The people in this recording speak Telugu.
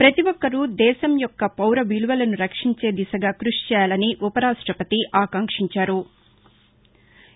పతి ఒక్కరూ దేశం మొక్క పౌర విలువలను రక్షించే దిశగా క్బషి చేయాలని ఉప రాష్టపతి ఆకాంక్షించారు